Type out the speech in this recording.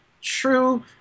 true